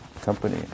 company